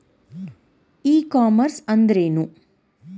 E commerce ಅಂದ್ರೇನು?